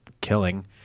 killing